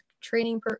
training